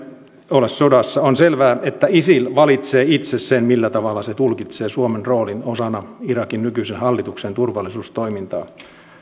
ole sodassa on selvää että isil valitsee itse millä tavalla se tulkitsee suomen roolin osana irakin nykyisen hallituksen turvallisuustoimintaa